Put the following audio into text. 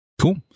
Cool